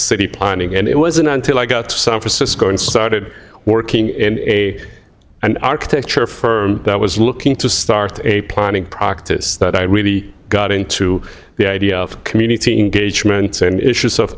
city planning and it wasn't until i got some for cisco and started working in a an architecture firm that was looking to start a planning practice that i really got into the idea of community engagement same issues of